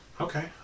okay